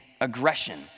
aggression